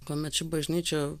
kuomet ši bažnyčia